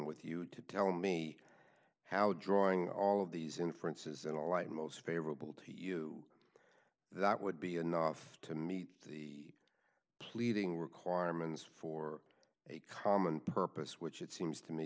with you to tell me how drawing all of these inferences in a light most favorable to you that would be enough to meet the pleading requirements for a common purpose which it seems to me